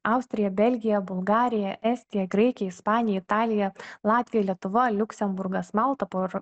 austrija belgija bulgarija estija graikija ispanija italija latvija lietuva liuksemburgas malta por